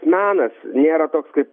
menas nėra toks kaip